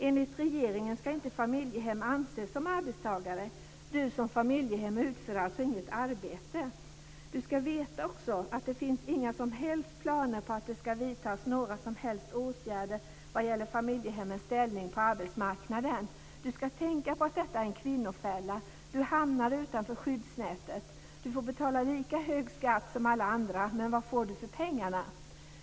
Enligt regeringen ska inte familjehem anses som arbetstagare. Du som familjehem utför alltså inget arbete. Du ska veta också att det finns inga som helst planer på att det ska vidtas några som helst åtgärder vad gäller familjehemmens ställning på arbetsmarknaden. Du ska tänka på att detta är en kvinnofälla. Du hamnar utanför skyddsnätet. Du får betala lika hög skatt som alla andra. Men vad får du för pengarna?